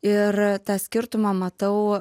ir tą skirtumą matau